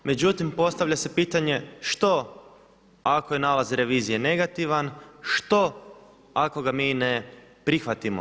Međutim, postavlja se pitanje što ako je nalaz revizije negativna, što ako ga mi ne prihvatimo?